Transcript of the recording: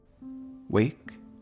Wake